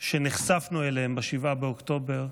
שנחשפנו אליהם ב-7 באוקטובר,